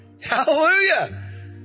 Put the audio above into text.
hallelujah